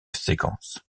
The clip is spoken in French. séquence